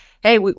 hey